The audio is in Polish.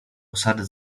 osady